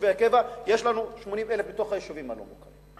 ביישובי הקבע, יש לנו 80,000 ביישובים הלא-מוכרים.